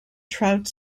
trout